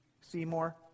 Seymour